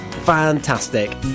fantastic